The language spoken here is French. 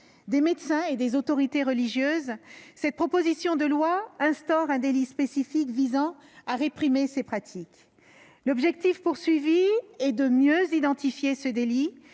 des médecins et des autorités religieuses, cette proposition de loi instaure un délit spécifique visant à réprimer ces pratiques. L'objectif est de mieux identifier ce délit,